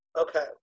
Okay